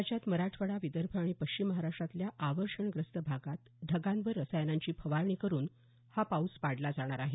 राज्यात मराठवाडा विदर्भ आणि पश्चिम महाराष्ट्रातल्या अवर्षणग्रस्त भागात ढगांवर रसायनांची फवारणी करून हा पाऊस पाडला जाणार आहे